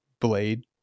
blade